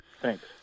Thanks